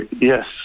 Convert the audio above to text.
yes